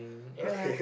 okay